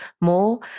more